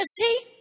see